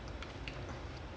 ya lah I mean